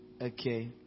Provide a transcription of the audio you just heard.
okay